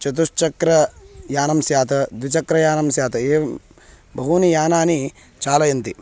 चतुश्चक्रयानं स्यात् द्विचक्रयानं स्यात् एवं बहूनि यानानि चालयन्ति